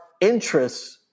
interests